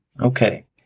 Okay